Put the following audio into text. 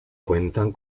cuentan